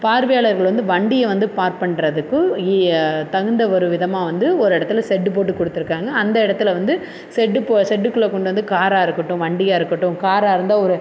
பார்வையாளர்கள் வந்து வண்டியை வந்து பார்க் பண்ணுறதுக்கும் இ தகுந்த ஒரு விதமாக வந்து ஒரு இடத்துல ஷெட்டு போட்டு கொடுத்துருக்காங்க அந்த இடத்துல வந்து ஷெட்டு இப்போ ஷெட்டுக்குள்ள கொண்டு வந்து காராக இருக்கட்டும் வண்டியாக இருக்கட்டும் காராக இருந்தால் ஒரு